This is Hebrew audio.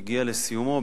הגיע לסיומו,